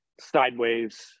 sideways